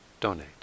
donate